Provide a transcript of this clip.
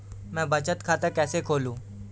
मैं बचत खाता कैसे खोलूँ?